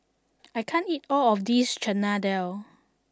I can't eat all of this Chana Dal